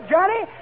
Johnny